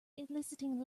eliciting